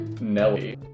Nelly